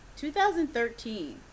2013